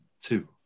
two